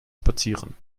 spazieren